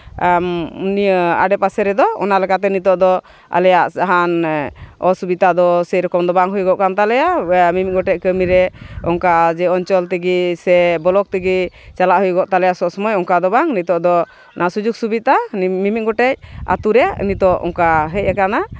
ᱱᱤᱭᱟᱹ ᱟᱰᱮ ᱯᱟᱥᱮ ᱨᱮᱫᱚ ᱚᱱᱟ ᱞᱮᱠᱟᱛᱮ ᱱᱤᱛᱚᱜ ᱫᱚ ᱟᱞᱮᱭᱟᱜ ᱡᱟᱦᱟᱱ ᱚᱥᱩᱵᱤᱫᱟ ᱫᱚ ᱥᱮᱭ ᱨᱚᱠᱚᱢ ᱫᱚ ᱵᱟᱝ ᱦᱩᱭᱩᱜᱚᱜ ᱠᱟᱱ ᱛᱟᱞᱮᱭᱟ ᱢᱤᱢᱤᱫ ᱜᱚᱴᱮᱡ ᱠᱟᱹᱢᱤᱨᱮ ᱚᱱᱠᱟ ᱡᱮ ᱚᱧᱪᱚᱞ ᱛᱮᱜᱮ ᱥᱮ ᱵᱞᱚᱠ ᱛᱮᱜᱮ ᱪᱟᱞᱟᱜ ᱦᱩᱭᱩᱜᱚᱜ ᱛᱟᱞᱮᱭᱟ ᱥᱚᱵ ᱥᱚᱢᱚᱭ ᱚᱱᱠᱟ ᱫᱚ ᱵᱟᱝ ᱱᱤᱛᱚᱜ ᱫᱚ ᱚᱱᱟ ᱥᱩᱡᱳᱜᱽ ᱥᱩᱵᱤᱫᱟ ᱢᱤᱢᱤᱫ ᱜᱚᱴᱮᱡ ᱟᱛᱳ ᱨᱮ ᱱᱤᱛᱚᱜ ᱚᱱᱠᱟ ᱦᱮᱡ ᱟᱠᱟᱱᱟ